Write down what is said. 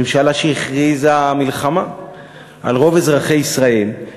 הממשלה שהכריזה מלחמה על רוב אזרחי ישראל.